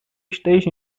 esteja